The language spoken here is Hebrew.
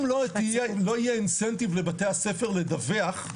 אם לא יהיה INCENTIVE לבתי-הספר לדווח,